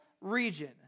region